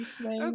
okay